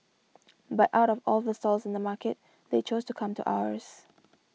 but out of all the stalls in the market they chose to come to ours